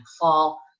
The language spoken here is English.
fall